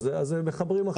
אז מחברים עכשיו.